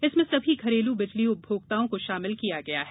इसमें सभी घरेलू बिजली उपभोक्ताओं को शामिल किया गया है